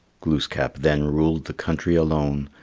glooskap then ruled the country alone.